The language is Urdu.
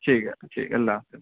ٹھیک ہے ٹھیک ہے اللہ حافظ